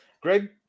Greg